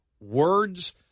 words